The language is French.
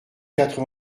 quatre